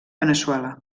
veneçuela